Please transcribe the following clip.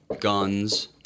guns